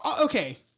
okay